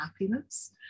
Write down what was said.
happiness